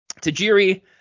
Tajiri